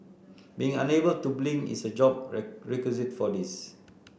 being unable to blink is a job requisite for this